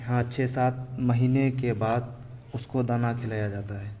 ہاں چھ سات مہینے کے بعد اس کو دانہ کھلایا جاتا ہے